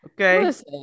okay